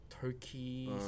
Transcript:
Turkey